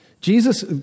Jesus